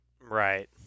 right